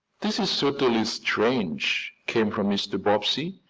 this is certainly strange, came from mr. bobbsey.